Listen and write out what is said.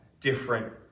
different